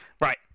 Right